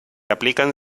aplican